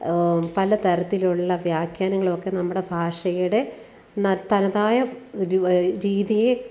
പലതരത്തിലുള്ള വാഖ്യാനങ്ങളുമൊക്കെ നമ്മുടെ ഭാഷയുടെ തനതായ ഒരു രീതിയെ